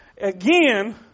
again